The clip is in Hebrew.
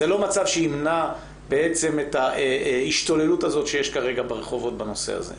זה לא מה שימנע את ההשתוללות שיש ברחובות בעניין הזה.